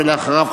אחריו,